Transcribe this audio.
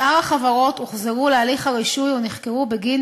שאר החברות הוחזרו להליך הרישוי או שנחקרו בגין